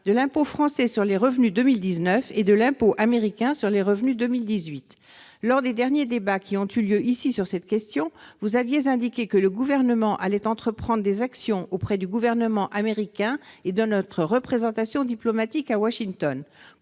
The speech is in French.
de l'impôt français sur les revenus 2019 et de l'impôt américain sur les revenus 2018. Lors des derniers débats qui ont eu lieu, ici, sur cette question, le Gouvernement avait indiqué qu'il allait entreprendre des actions auprès du gouvernement américain et de notre représentation diplomatique à Washington.